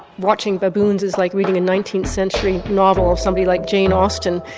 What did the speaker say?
watching baboons is like reading a nineteenth century novel of somebody like jane austen,